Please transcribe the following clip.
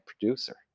producer